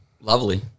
Lovely